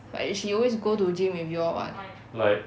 like she always go to gym with you all [what]